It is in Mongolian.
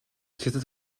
хятад